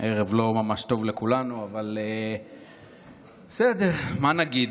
ערב לא ממש טוב לכולנו, אבל בסדר, מה נגיד?